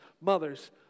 mothers